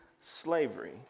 slavery